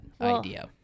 idea